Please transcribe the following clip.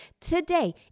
today